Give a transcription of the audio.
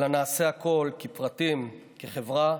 אלא נעשה הכול, כפרטים, כחברה,